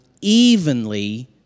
evenly